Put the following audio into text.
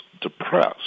depressed